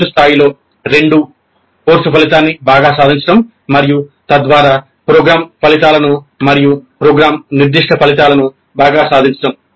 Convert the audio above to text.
course స్థాయిలో రెండూ course ఫలితాన్ని బాగా సాధించడం మరియు తద్వారా ప్రోగ్రామ్ ఫలితాలను మరియు ప్రోగ్రామ్ నిర్దిష్ట ఫలితాలను బాగా సాధించడం